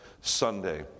Sunday